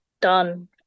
done